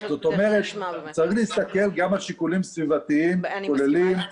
צריך להסתכל גם על שיקולים סביבתיים כוללים.